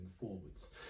forwards